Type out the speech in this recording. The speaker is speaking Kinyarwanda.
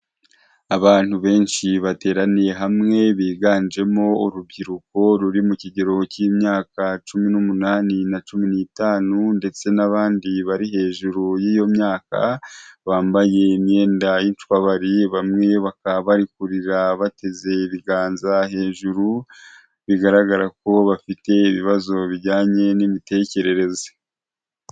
Abantu benshi bateraniye hamwe, biganjemo urubyiruko ruri mu kigero cy'imyaka cumi n'umunani na cumi n'itanu, ndetse n'abandi bari hejuru y'iyo myaka, bambaye imyenda yicwabari bamwe bakaba barikurira bateze ibiganza hejuru, bigaragara ko bafite ibibazo bijyanye n'imitekerereze.